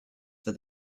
for